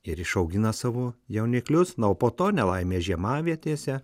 ir išaugina savo jauniklius na o po to nelaimė žiemavietėse